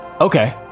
Okay